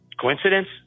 Coincidence